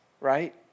right